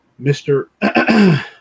Mr